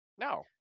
No